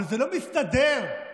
אבל זה לא מסתדר עם